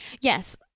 Yes